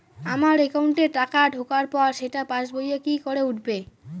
আমার একাউন্টে টাকা ঢোকার পর সেটা পাসবইয়ে কি করে উঠবে?